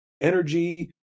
energy